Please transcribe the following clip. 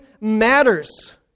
matters